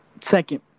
second